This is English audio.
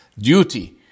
duty